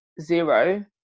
zero